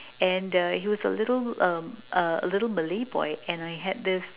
and uh he was a little uh a a little Malay boy and I had this